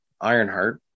Ironheart